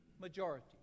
majority